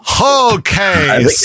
Okay